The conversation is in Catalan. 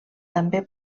també